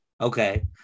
Okay